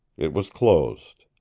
it was closed.